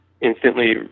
instantly